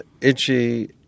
Itchy